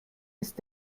ist